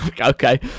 Okay